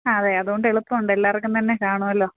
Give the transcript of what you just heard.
ആ അതെ അതുകൊണ്ട് എളുപ്പമുണ്ട് എല്ലാവർക്കും തന്നെ കാണുമല്ലോ